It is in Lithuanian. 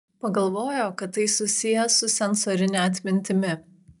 pagalvojo kad tai susiję su sensorine atmintimi